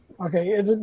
Okay